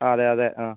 അതെ അതെ ആ